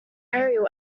aerial